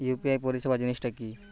UPI পরিসেবা জিনিসটা কি?